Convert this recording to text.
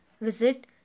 visit